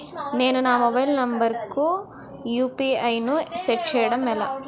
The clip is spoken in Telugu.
నేను నా మొబైల్ నంబర్ కుయు.పి.ఐ ను సెట్ చేయడం ఎలా?